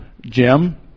Jim